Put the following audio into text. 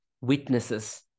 witnesses